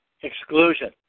exclusion